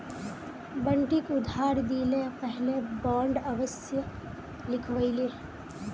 बंटिक उधार दि ल पहले बॉन्ड अवश्य लिखवइ ले